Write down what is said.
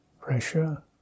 Pressure